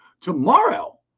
tomorrow